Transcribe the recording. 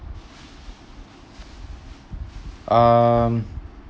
um